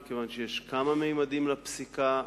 מכיוון שיש כמה ממדים לפסיקה,